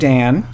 Dan